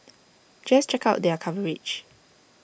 just check out their coverage